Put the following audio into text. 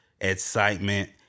excitement